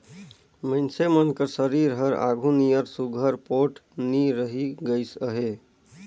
मइनसे मन कर सरीर हर आघु नियर सुग्घर पोठ नी रहि गइस अहे